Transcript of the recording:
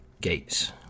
Gates